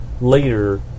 later